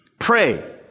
Pray